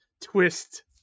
twist